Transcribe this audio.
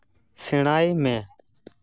ᱥᱮᱬᱟᱭ ᱢᱮ